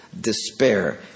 despair